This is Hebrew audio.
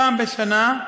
פעם בשנה,